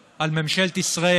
פעם על חברת החשמל,